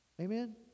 Amen